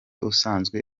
usanzwe